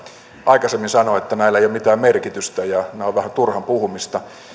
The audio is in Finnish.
aikaisemmin sanoivat että näillä ei ole mitään merkitystä ja nämä ovat vähän turhan puhumista